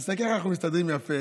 תסתכל איך אנחנו מסתדרים יפה,